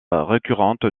récurrente